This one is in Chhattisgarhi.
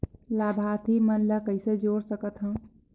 लाभार्थी मन ल कइसे जोड़ सकथव?